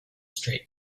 straight